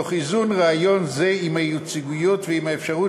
תוך איזון רעיון זה עם הייצוגיות ועם האפשרות